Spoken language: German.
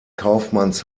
kaufmanns